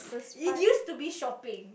it used to be shopping